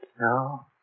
No